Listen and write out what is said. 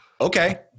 okay